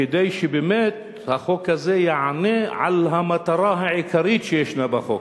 כדי שבאמת החוק הזה יענה על המטרה העיקרית שישנה בחוק.